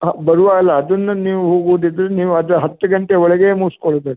ಹಾಂ ಅದನ್ನ ನೀವು ಹೋಗೋದಿದ್ರೆ ನೀವು ಅದು ಹತ್ತು ಗಂಟೆ ಒಳಗೆ ಮುಗಿಸ್ಕೊಳ್ಬೇಕು